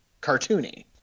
cartoony